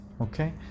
okay